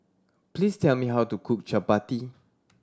please tell me how to cook Chapati